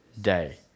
day